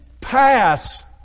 pass